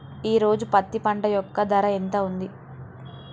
ఈ రోజు పత్తి పంట యొక్క ధర ఎంత ఉంది?